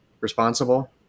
responsible